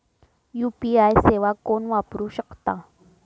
UPI सेवा कोण वापरू शकता?